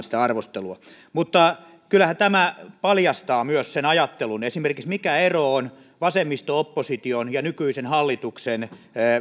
sitä arvostelua mutta kyllähän tämä paljastaa myös sen ajattelun esimerkiksi sen mikä on vasemmisto opposition ja nykyisen hallituksen